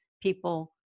people